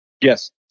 Yes